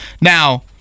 Now